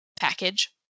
package